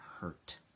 hurt